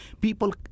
People